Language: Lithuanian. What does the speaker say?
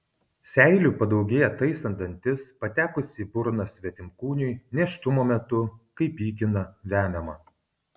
seilių padaugėja taisant dantis patekus į burną svetimkūniui nėštumo metu kai pykina vemiama